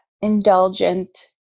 indulgent